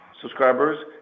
subscribers